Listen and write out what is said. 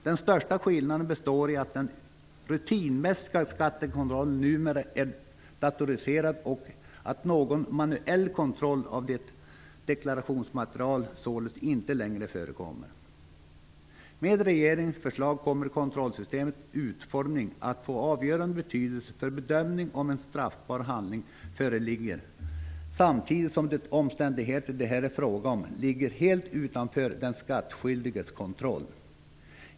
Den största skillnaden består i att den rutinmässiga skattekontrollen numera är datoriserad och att någon manuell kontroll av hela deklarationsmaterialet således inte längre förekommer. Med regeringens förslag kommer kontrollsystemets utformning att få avgörande betydelse för bedömningen av om en straffbar handling föreligger, samtidigt som de omständigheter det är fråga om ligger helt utanför för den skattskyldiges kontroll.